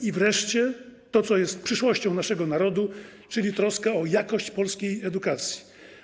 I wreszcie to, co jest przyszłością naszego narodu, czyli troska o jakość polskiej edukacji.